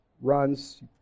runs